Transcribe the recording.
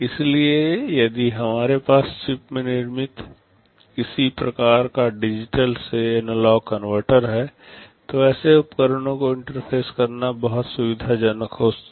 इसलिए यदि हमारे पास चिप में निर्मित किसी प्रकार का एनालॉग से डिजिटल कनवर्टर है तो ऐसे उपकरणों को इंटरफेस करना बहुत सुविधाजनक हो जाता है